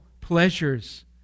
pleasures